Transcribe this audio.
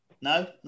No